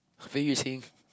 Fei-Yu-Qing